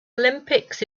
olympics